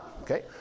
okay